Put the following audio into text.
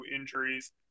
injuries